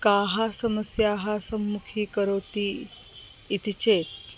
काः समस्याः सम्मुखीकरोति इति चेत्